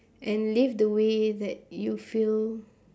and live the way that you feel